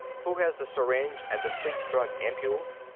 who has the syringe and the sleep-drug ampoules?